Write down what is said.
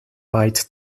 bite